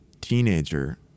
teenager